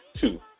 two